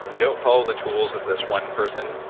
don't follow the tools of this one person,